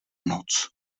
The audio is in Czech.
noc